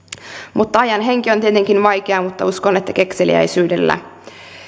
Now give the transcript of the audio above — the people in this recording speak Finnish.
ajan henki on tietenkin vaikea mutta uskon että kekseliäisyydellä